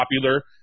popular